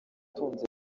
utunze